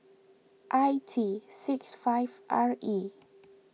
I T six five R E